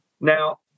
Now